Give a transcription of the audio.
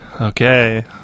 Okay